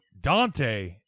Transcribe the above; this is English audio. Dante